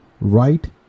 right